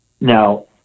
Now